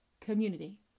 community